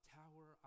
tower